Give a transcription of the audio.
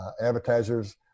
advertisers